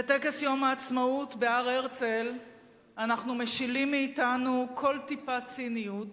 בטקס יום העצמאות בהר-הרצל אנחנו משילים מעצמנו כל טיפת ציניות